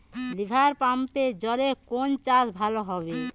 রিভারপাম্পের জলে কোন চাষ ভালো হবে?